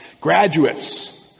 graduates